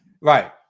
Right